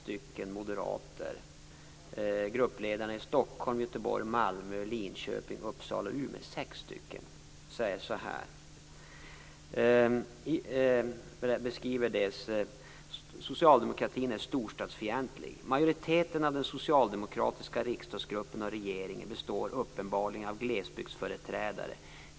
Sex moderater - gruppledarna i Stockholm, Göteborg, Malmö, Linköping, Uppsala och Umeå - beskriver socialdemokratin som storstadsfientlig. Majoriteten av den socialdemokratiska riksdagsgruppen och regeringen består uppenbarligen av glesbygdsföreträdare.